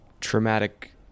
traumatic